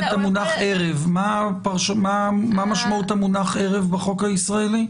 מה משמעות המונח ערב בחוק הישראלי?